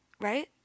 right